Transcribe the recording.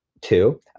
Two